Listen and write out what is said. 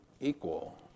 equal